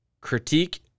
critique